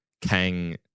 Kang